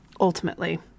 ultimately